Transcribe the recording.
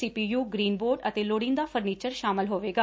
ਸੀ P U ਗਰਨਿ board ਅਤੇ ਲੌਤੀਦਾ ਫਰਨੀਚਰ ਸ਼ਾਮਲ ਹੋਵੇਗਾ